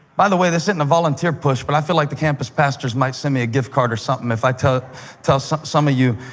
by the way, this isn't a volunteer push, but i feel like the campus pastors might send me a gift card or something if i tell tell so some of you,